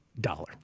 Dollar